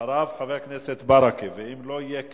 אחריו, חבר הכנסת ברכה, ואם לא יהיה כאן,